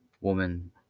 woman